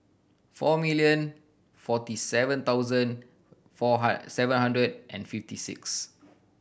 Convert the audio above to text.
four million forty seven thousand four seven hundred and fifty six